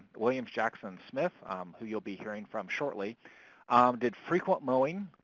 william, jackson, smith who you'll be hearing from shortly did frequent mowing.